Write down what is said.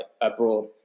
abroad